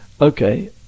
okay